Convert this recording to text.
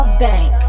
bank